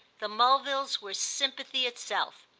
the mulvilles were sympathy itself,